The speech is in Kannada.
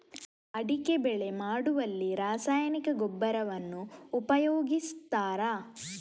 ಅಡಿಕೆ ಬೆಳೆ ಮಾಡುವಲ್ಲಿ ರಾಸಾಯನಿಕ ಗೊಬ್ಬರವನ್ನು ಉಪಯೋಗಿಸ್ತಾರ?